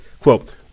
Quote